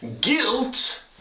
guilt